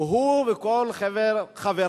הוא וכל חבריו